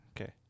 Okay